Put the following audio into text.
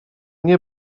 nie